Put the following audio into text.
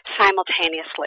simultaneously